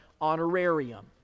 honorarium